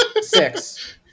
Six